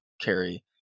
carry